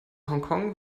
hongkong